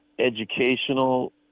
educational